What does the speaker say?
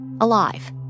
alive